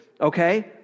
okay